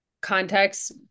context